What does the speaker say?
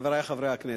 חברי חברי הכנסת,